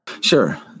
Sure